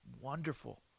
wonderful